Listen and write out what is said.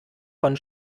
von